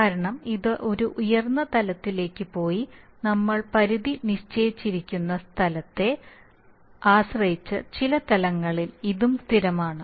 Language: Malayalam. കാരണം ഇത് ഒരു ഉയർന്ന തലത്തിലേക്ക് പോയി നമ്മൾ പരിധി നിശ്ചയിച്ചിരിക്കുന്ന സ്ഥലത്തെ ആശ്രയിച്ച് ചില തലങ്ങളിൽ ഇതും സ്ഥിരമാണ്